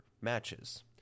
matches